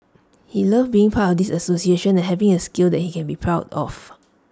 he loved being part of this association and having A skill that he can be proud of